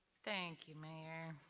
thank you, mayor.